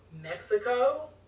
Mexico